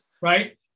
Right